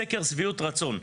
סקר שביעות רצון,